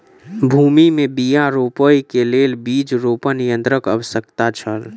भूमि में बीया रोपअ के लेल बीज रोपण यन्त्रक आवश्यकता छल